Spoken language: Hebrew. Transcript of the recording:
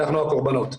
אנחנו הקורבנות.